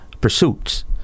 pursuits